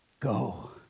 go